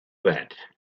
that